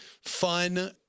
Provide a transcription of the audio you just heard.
fun